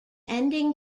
ending